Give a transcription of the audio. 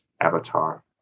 avatar